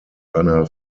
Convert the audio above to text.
einer